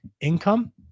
income